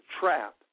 trap